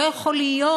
לא יכול להיות